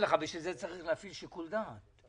צריך להפעיל שיקול דעת.